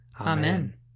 Amen